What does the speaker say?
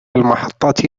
المحطة